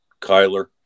Kyler